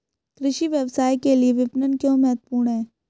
कृषि व्यवसाय के लिए विपणन क्यों महत्वपूर्ण है?